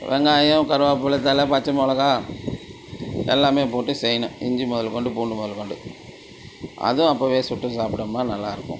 வெங்காயம் கருவேப்பிலை தழை பச்சை மிளகா எல்லாமே போட்டு செய்யணும் இஞ்சி முதற்கொண்டு பூண்டு முதற்கொண்டு அதுவும் அப்போவே சுட்டு சாப்பிட்டம்மா நல்லாருக்கும்